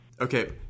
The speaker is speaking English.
Okay